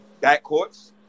backcourts